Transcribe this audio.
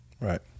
Right